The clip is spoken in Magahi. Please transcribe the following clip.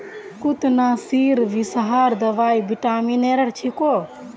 कृन्तकनाशीर विषहर दवाई विटामिनेर छिको